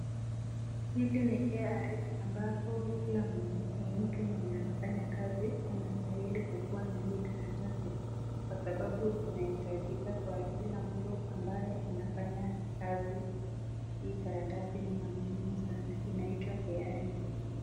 Hili ni KRA ambapo kila mtu mwenye anafanya kazi anastahili kukuwa na hii karatasi kwa sababu inahitajika kwa kila mtu ambaye anafanya kazi. Hii karatasi ni ya muhimu sana. Inaitwa KRA.